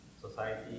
society